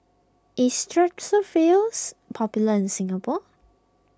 is Strepsils popular in Singapore